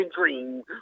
Dream